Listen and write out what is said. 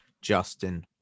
justin